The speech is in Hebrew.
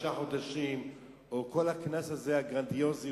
שישה חודשים או כל הקנס הזה הגרנדיוזי,